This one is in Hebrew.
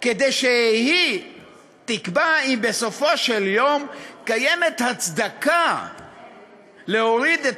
כדי שהיא תקבע אם בסופו של יום קיימת הצדקה להוריד את